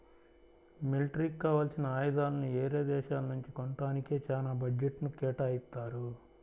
మిలిటరీకి కావాల్సిన ఆయుధాలని యేరే దేశాల నుంచి కొంటానికే చానా బడ్జెట్ను కేటాయిత్తారు